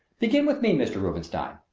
begin with me, mr. rubenstein.